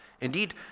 Indeed